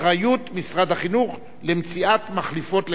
אחריות משרד החינוך למציאת מחליפות לגננות.